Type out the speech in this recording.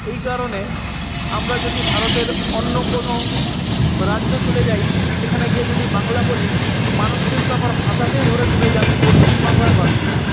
এই কারণে আমরা যদি ভারতের অন্য কোনো রাজ্যে চলে যাই সেখানে গিয়ে যদি বাংলা বলি মানুষ কিন্তু আমার ভাষাতেই ধরে নেবে যে আমি পশ্চিমবাংলার বাসিন্দা